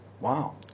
wow